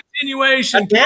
continuation